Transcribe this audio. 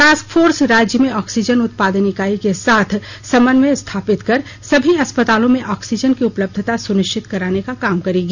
task force राज्य में oxygen उत्पादन इकाई के साथ समन्वय स्थापित कर सभी अस्पतालों में ऑक्सीजन की उपलब्धता सुनिश्चित करने का काम करेगी